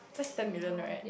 just ten million right